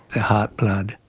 the heart blood,